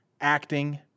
acting